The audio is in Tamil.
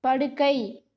படுக்கை